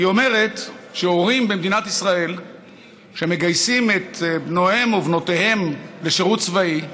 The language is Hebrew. היא אומרת שהורים במדינת ישראל שמגייסים את בניהם ובנותיהם לשירות צבאי,